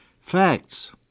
facts